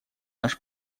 наш